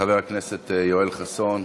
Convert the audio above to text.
חבר הכנסת יואל חסון.